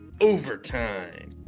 overtime